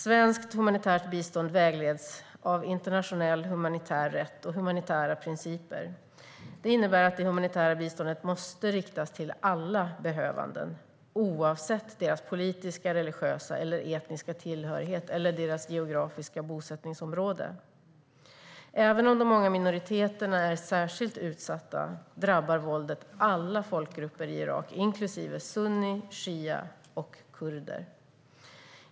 Svenskt humanitärt bistånd vägleds av internationell humanitär rätt och humanitära principer. Det innebär att det humanitära biståndet måste riktas till alla behövande, oavsett deras politiska, religiösa eller etniska tillhörighet eller deras geografiska bosättningsområde. Även om de många minoriteterna är särskilt utsatta drabbar våldet alla folkgrupper i Irak, inklusive sunni, shia och kurder.